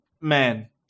Man